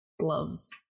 Gloves